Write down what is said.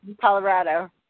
Colorado